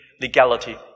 legality